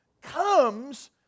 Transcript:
comes